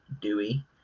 dewey